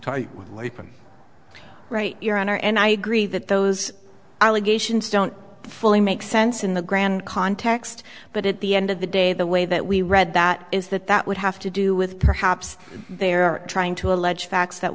was right your honor and i agree that those allegations don't fully make sense in the grand context but at the end of the day the way that we read that is that that would have to do with perhaps they're trying to allege facts that